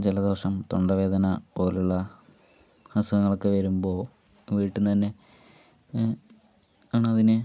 ജലദോഷം തൊണ്ടവേദന പോലുള്ള അസുഖങ്ങളൊക്കെ വരുമ്പോൾ വീട്ടിൽനിന്നു തന്നെ ആണതിന്